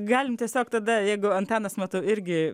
galim tiesiog tada jeigu antanas matau irgi